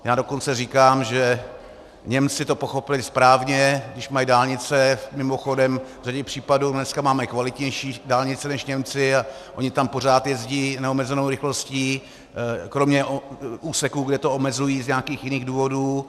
Já dokonce říkám, že Němci to pochopili správně, když mají dálnice mimochodem, v řadě případů dneska máme kvalitnější dálnice než Němci a oni tam pořád jezdí neomezenou rychlosti kromě úseků, kde to omezují z nějakých jiných důvodů.